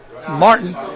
Martin